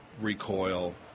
recoil